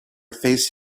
face